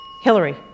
Hillary